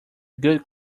good